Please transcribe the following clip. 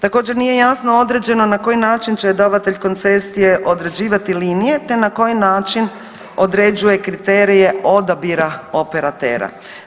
Također nije jasno određeno na koji način će davatelj koncesije određivati linije te na koji način određuje kriterije odabira operatera.